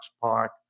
Park